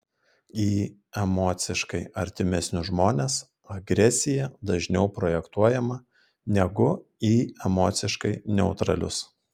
į emociškai artimesnius žmones agresija dažniau projektuojama negu į emociškai neutralius